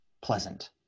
pleasant